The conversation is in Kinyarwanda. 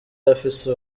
afise